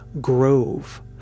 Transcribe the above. grove